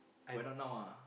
but not now ah